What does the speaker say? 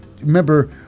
remember